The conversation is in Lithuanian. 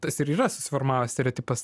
tas ir yra susiformavęs stereotipas